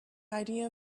idea